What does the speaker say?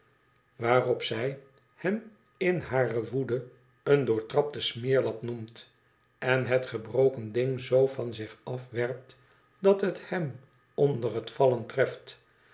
waarop zij hem in hare woede teen doortrapten smeerlap noemt en het gebroken ding z van zich afwerpt dat het hem onder het vallen treft